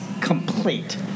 complete